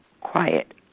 Quiet